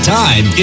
time